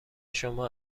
شما